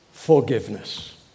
Forgiveness